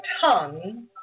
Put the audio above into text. tongue